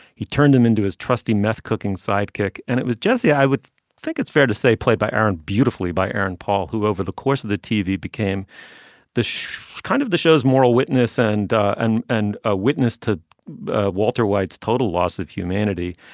he turned him into his trusty meth cooking sidekick and it was jesse i would think it's fair to say played by aaron beautifully by aaron paul who over the course of the tv became the show kind of the show's moral witness and and and a witness to walter white's total loss of humanity.